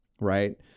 right